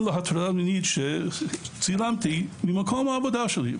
להטרדה מינית שצילמתי ממקום העבודה שלי.